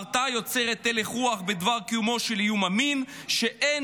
ההרתעה יוצרת הלך רוח בדבר קיומו של איום אמין שאין